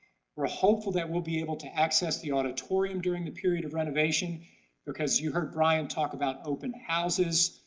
we're hopeful that we'll be able to access the auditorium during the period of renovation because you heard brian talk about open houses,